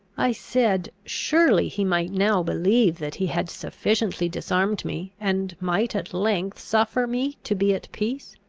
i said, surely he might now believe that he had sufficiently disarmed me, and might at length suffer me to be at peace.